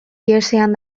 ihesean